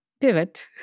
pivot